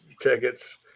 tickets